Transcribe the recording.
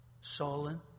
Sullen